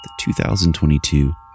2022